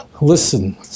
listen